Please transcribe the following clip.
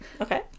Okay